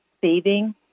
saving